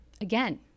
Again